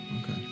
Okay